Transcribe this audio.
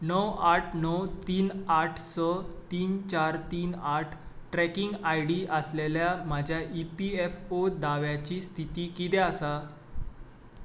णव आठ णव तीन आठ स तीन चार तीन आठ ट्रॅकिंग आयडी आशिल्ल्या म्हज्या ई पी एफ ओ दाव्याची स्थिती कितें आसा